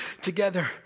together